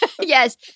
Yes